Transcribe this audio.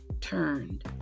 turned